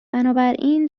بنابراین